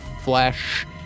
flesh